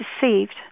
deceived